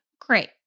great